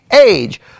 age